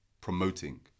promoting